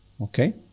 Okay